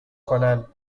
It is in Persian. کنن